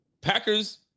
Packers